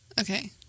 Okay